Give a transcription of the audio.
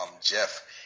Jeff